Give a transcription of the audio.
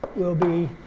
will be